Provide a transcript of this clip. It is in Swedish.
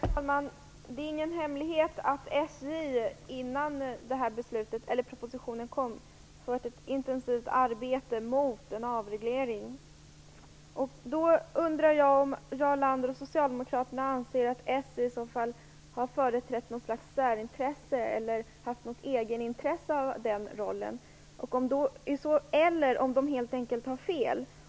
Herr talman! Det är ingen hemlighet att SJ innan den här propositionen kom bedrev ett intensivt arbete mot en avreglering. Jag undrar om Jarl Lander och socialdemokraterna anser att SJ i så fall har företrätt något slags särintresse, haft ett egenintresse av den rollen eller om man helt enkelt har fel.